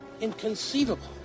inconceivable